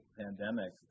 pandemic